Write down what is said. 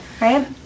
right